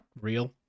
real